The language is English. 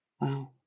Wow